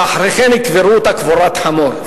ואחרי כן יקברו אותה קבורת חמור.